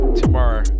tomorrow